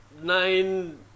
Nine